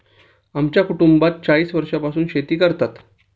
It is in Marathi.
आमच्या कुटुंबात चाळीस वर्षांपासून शेती करतात